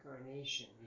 incarnation